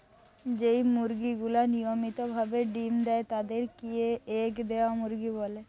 যেই মুরগি গুলা নিয়মিত ভাবে ডিম্ দেয় তাদির কে এগ দেওয়া মুরগি বলে